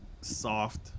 soft